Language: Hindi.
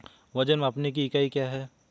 वजन मापने की इकाई क्या है?